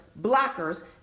blockers